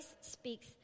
speaks